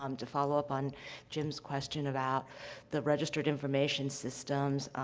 um to follow up on jim's question about the registered information systems.